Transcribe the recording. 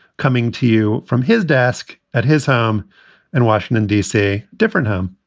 coming to you from his desk at his home in washington, d c, different home.